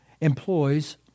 employs